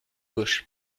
gauche